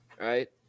right